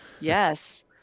Yes